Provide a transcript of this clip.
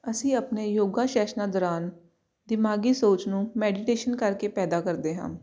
ਅਸੀਂ ਆਪਣੇ ਯੋਗਾ ਸ਼ੈਸ਼ਨਾ ਦੌਰਾਨ ਦਿਮਾਗੀ ਸੋਚ ਨੂੰ ਮੈਡੀਟੇਸ਼ਨ ਕਰਕੇ ਪੈਦਾ ਕਰਦੇ ਹਾਂ